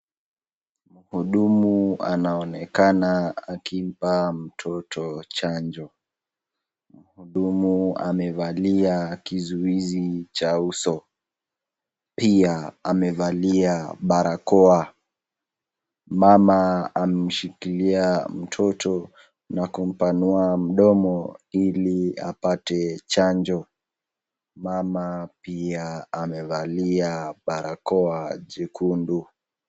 Mhudumu anaonekana akimpa mtoto chanjo. Mhudumu amevalia kizuizi cha uso. Pia amevalia barakoa. Mama amemshikilia mtoto na kumpanua mdomo ili apate chanjo. Mama pia amevalia barakoa jekundu.